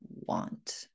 want